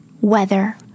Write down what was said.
Weather